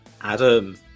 Adam